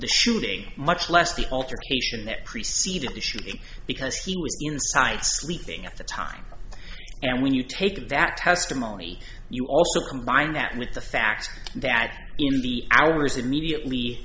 the shooting much less the alter case and that preceded the shooting because he was inside sleeping at the time and when you take that testimony you also combine that with the fact that in the hours immedia